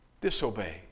disobey